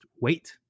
wait